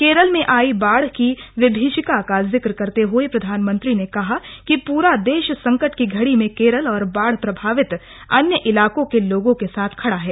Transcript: केरल में आई बाढ़ की विभीशिका का जिक्र करते हुए प्रधानमंत्री ने कहा कि पूरा देश संकट की घड़ी में केरल और बाढ़ प्रभावित अन्य इलाकों के लोगों के साथ खड़ा है